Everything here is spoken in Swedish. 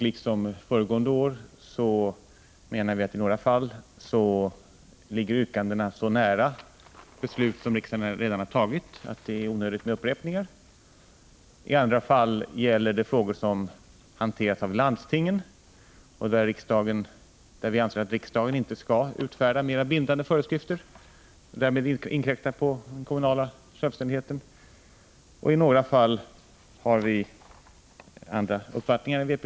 Liksom föregående år menar vi att yrkandena i några fall ligger så nära beslut som riksdagen redan har fattat och att det är onödigt med upprepningar. I andra fall gäller det frågor som hanteras av landstingen, där vi anser att riksdagen inte skall utfärda mer bindande föreskrifter och därmed inkräkta på den kommunala självständigheten. I en del fall har vi andra uppfattningar än vpk.